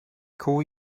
call